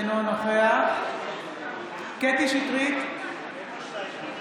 אינו נוכח קטי קטרין שטרית,